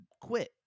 quit